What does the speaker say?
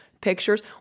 Pictures